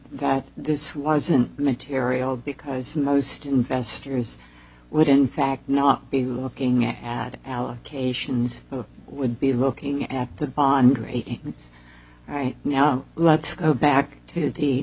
that this wasn't material because most investors would in fact not be looking at allocations who would be looking at the bond ratings right now let's go back to the